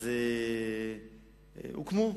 הוקמו ומוקמים.